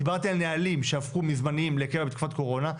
דיברתי על נהלים שהפכו מזמניים לקבע בתקופת קורונה,